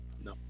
No